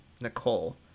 nicole